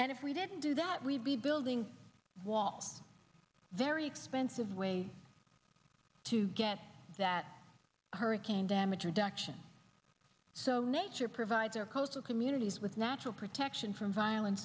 and if we didn't do that we'd be building walls very expensive way to get that hurricane damage reduction so nature provides our coastal communities with natural protection from violen